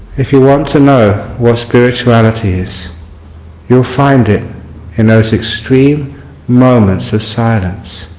if you want to know what's spirituality is you will find it in those extreme moments of silence.